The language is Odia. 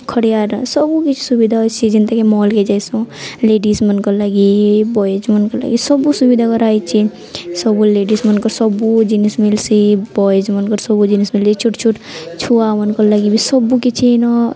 ଖଡ଼ିଆର୍ରେ ସବୁକିଛି ସୁବିଧା ଅଛି ଯେନ୍ତାକି ମଲ୍କେ ଯାଏସୁଁ ଲେଡ଼ିଜ୍ମାନ୍ଙ୍କର୍ଲାଗି ବଏଜ୍ମାନ୍ଙ୍କର୍ଲାଗି ସବୁ ସୁବିଧା କରାହେଇଛେ ସବୁ ଲେଡ଼ିଜ୍ମାନ୍ଙ୍କର୍ ସବୁ ଜିନିଷ୍ ମିଲ୍ସି ବଏଜ୍ମାନ୍ଙ୍କର୍ ସବୁ ଜିନିଷ୍ ମିଲ୍ସି ଛୋଟ୍ ଛୋଟ୍ ଛୁଆମାନଙ୍କର୍ ଲାଗି ବି ସବୁ କିଛି ଇନ